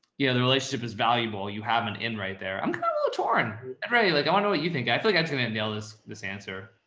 yeah. the relationship is valid cable. you have an end right there. i'm a little torn, right? like i wanna know what you think. i feel like that's going to nail this, this answer.